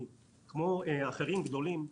כמו אחרים גדולים,